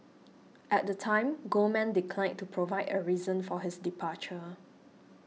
at the time Goldman declined to provide a reason for his departure